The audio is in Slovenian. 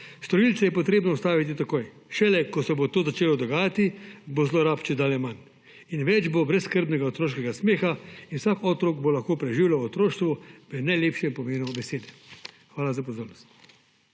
Storilce je potrebno ustaviti takoj. Šele ko se bo to začelo dogajati, bo zlorab čedalje manj in bo več brezskrbnega otroškega smeha in vsak otrok bo lahko preživljal otroštvo v najlepšem pomenu besede. Hvala za pozornost.